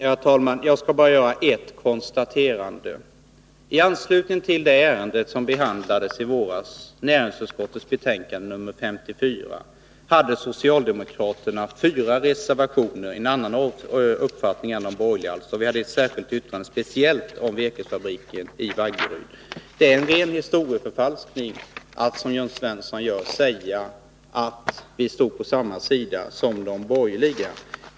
Herr talman! Jag skall bara göra ett konstaterande i anslutning till det ärende som behandlades i våras, näringsutskottets betänkande nr 54. Vid det hade socialdemokraterna fogat fyra reservationer, där vi alltså uttryckte en annan uppfattning än de borgerliga. Och vi hade ett särskilt yttrande om virkesfabriken i Vaggeryd. Det är ren historieförfalskning att, som Jörn Svensson gör, säga att vi stod på samma sida som de borgerliga.